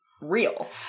real